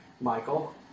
Michael